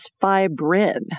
fibrin